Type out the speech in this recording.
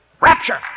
Rapture